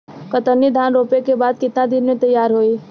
कतरनी धान रोपे के बाद कितना दिन में तैयार होई?